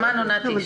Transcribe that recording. שמענו, נתי.